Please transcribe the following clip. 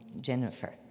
Jennifer